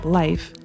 life